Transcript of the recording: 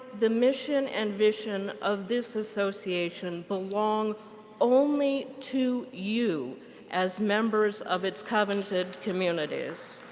the mission and vision of this association belong only to you as members of its covenanted communities.